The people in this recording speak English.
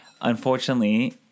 Unfortunately